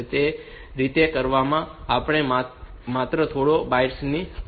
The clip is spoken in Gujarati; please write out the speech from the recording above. તેથી તે રીતે તે કરવા માટે આપણી પાસે માત્ર થોડા બાઇટ્સ છે